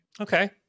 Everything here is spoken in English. Okay